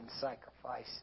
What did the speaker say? sacrifice